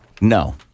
No